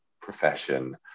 profession